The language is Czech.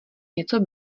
něco